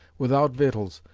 without victuals,